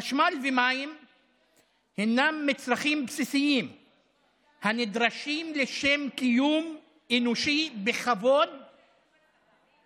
חשמל ומים הינם מצרכים בסיסיים הנדרשים לשם קיום אנושי בכבוד ובבריאות,